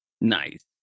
Nice